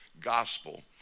gospel